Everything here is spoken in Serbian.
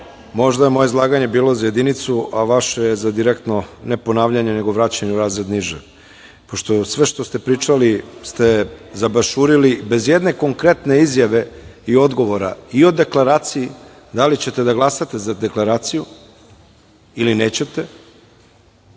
možda je moje izlaganje bilo za jedinicu, a vaše je za direktno ne ponavljanje nego vraćanje razred niže pošto sve što ste pričali ste zabašurili bez ijedne konkretne izjave i odgovora i o deklaraciji. Da li ćete da glasate za deklaracije,